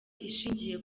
ishingiye